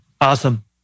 Awesome